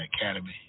Academy